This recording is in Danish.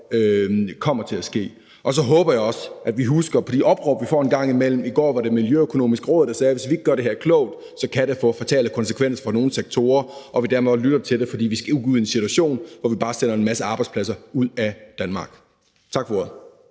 kommer til at blive udmøntet. Og så håber jeg også, at vi husker på de opråb, vi får en gang imellem – i går var det Det Miljøøkonomiske Råd, der sagde, at hvis ikke vi gør det her klogt, kan det få fatale konsekvenser for nogle sektorer – og at vi lytter til dem, for vi skal ikke ud i en situation, hvor vi bare sender en masse arbejdspladser ud af Danmark. Tak for ordet.